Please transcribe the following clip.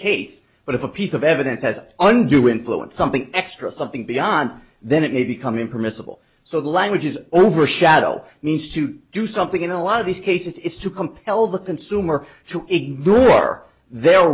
case but if a piece of evidence has undue influence something extra something beyond then it may become impermissible so the language is overshadow means to do something in a lot of these cases is to compel the consumer to ignore their